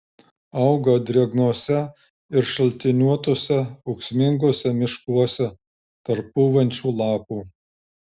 auga drėgnuose ir šaltiniuotuose ūksminguose miškuose tarp pūvančių lapų